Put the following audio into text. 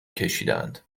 کشیدهاند